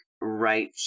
right